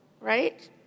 right